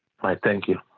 right thank you.